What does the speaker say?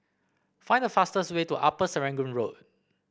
find the fastest way to Upper Serangoon Road